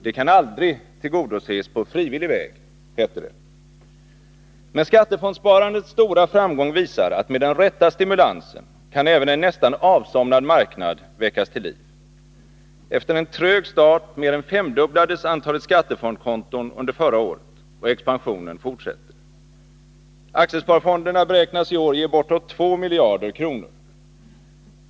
Det kan aldrig tillgodoses på frivillig väg, hette det. Men skattefondssparandets stora framgång visar att med den rätta stimulansen kan även en nästan avsomnad marknad väckas till liv. Efter en trög start mer än femdubblades antalet skattefondskonton under förra året — och expansionen fortsätter. Aktiesparfonderna beräknas i år ge bortåt 2 miljarder kronor.